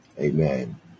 Amen